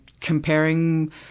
comparing